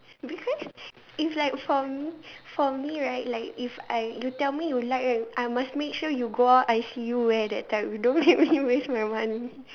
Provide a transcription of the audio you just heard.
because it's like for me for me right like if I you tell me you like right I must make sure you go out I see you wear that type you don't make me waste my money